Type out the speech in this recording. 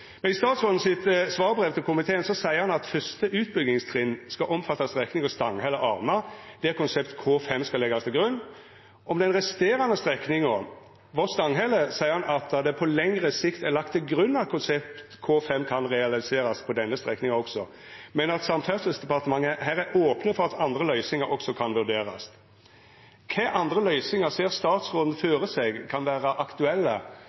I svarbrevet frå statsråden til komiteen seier han at første utbyggingstrinn skal omfatta strekninga Stanghelle–Arna, der konsept K5 skal leggjast til grunn. Om den resterande strekninga, Voss–Stanghelle, seier han at det på lengre sikt er lagt til grunn at konsept K5 kan realiserast på denne strekninga også, men at Samferdselsdepartementet her er ope for at andre løysingar også kan vurderast. Kva andre løysingar ser statsråden føre seg kan vera aktuelle